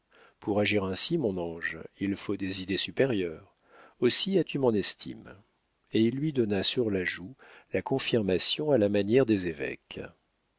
pour agir ainsi mon ange il faut des idées supérieures aussi as-tu mon estime et il lui donna sur la joue la confirmation à la manière des évêques